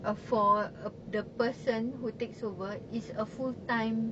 uh for uh the person who takes over is a full time